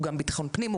הוא גם ביטחון פנים,